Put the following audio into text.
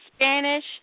Spanish